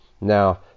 now